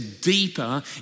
deeper